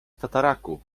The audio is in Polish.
tataraku